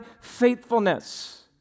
faithfulness